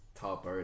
top